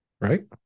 right